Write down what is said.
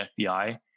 FBI